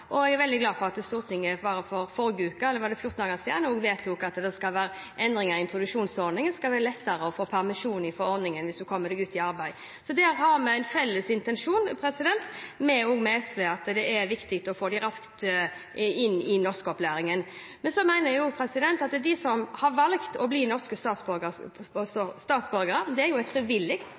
forrige uke vedtok endringer i introduksjonsordningen. Det skal være lettere å få permisjon fra ordningen hvis en kommer seg ut i arbeid. Så her har vi og SV en felles intensjon, at det er viktig å få dem raskt inn i norskopplæringen. Så mener jeg også at de som har valgt å bli norske statsborgere – det er jo frivillig